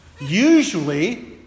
Usually